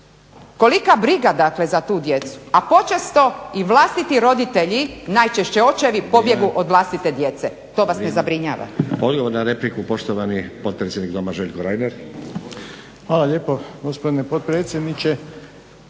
Kolika briga dakle za tu djecu a počesto i vlastiti roditelji najčešće očevi pobjegnu od vlastite djece. To vas ne zabrinjava.